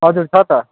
हजुर छ त